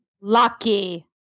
Lucky